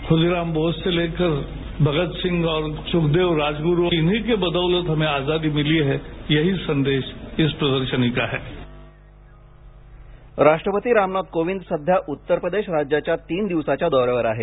खूदीराम बोस से लेकर भगतसिंग सूखदेव राजगुरु इन्ही की बदौलत हमे आजादी मिली है यही संदेश इस प्रदर्शनी का है कोविंद राष्ट्रपती रामनाथ कोविंद सध्या उत्तरप्रदेश राज्याच्या तीन दिवसाच्या दौऱ्यावर आहेत